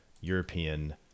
European